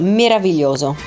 meraviglioso